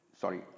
sorry